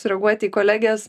sureaguot į kolegės